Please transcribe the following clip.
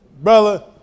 Brother